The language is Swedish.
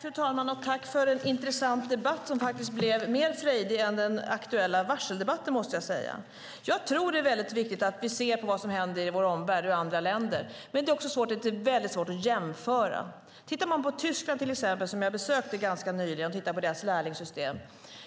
Fru talman! Jag tackar för en intressant debatt som, måste jag säga, faktiskt blev mer frejdig än den aktuella debatten om varslen. Jag tror att det är viktigt att vi ser på vad som händer i vår omvärld och i andra länder, men det är också väldigt svårt att jämföra. Vi kan titta på till exempel Tyskland, som jag besökte ganska nyligen, och deras lärlingssystem.